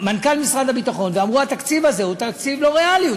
מנכ"ל משרד הביטחון ואמרו: התקציב הזה הוא תקציב לא ריאלי,